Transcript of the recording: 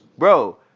Bro